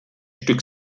stück